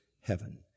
heaven